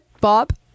Bob